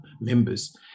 members